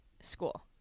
School